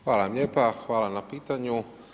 Hvala vam lijepa, hvala na pitanju.